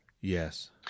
Yes